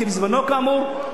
כי בזמנו כאמור,